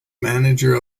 manager